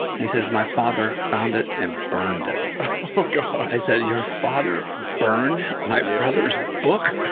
he says, my father found it and burned it. oh gosh i said, your father burned my brother's book?